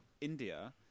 India